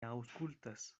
aŭskultas